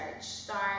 start